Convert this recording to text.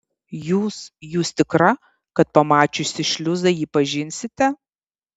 jūs jūs tikra kad pamačiusi šliuzą jį pažinsite